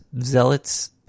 zealots